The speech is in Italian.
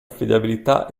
affidabilità